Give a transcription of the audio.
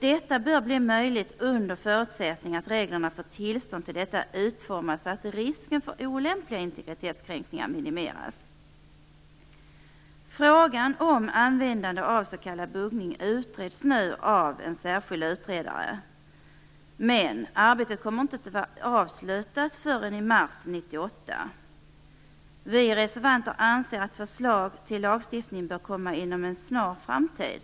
Detta bör bli möjligt under förutsättning att reglerna för tillstånd till detta utformas så att risken för olämpliga integritetskränkningar minimeras. Frågan om användande av s.k. buggning utreds nu av en särskild utredare, men arbetet kommer inte att vara avslutat förrän i mars 1998. Vi reservanter anser att förslag till lagstiftning bör komma inom en snar framtid.